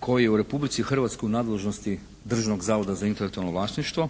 koji u Republici Hrvatskoj u nadležnosti Državnog zavoda za intelektualno vlasništvo